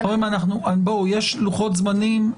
חברים, יש לוחות-זמנים.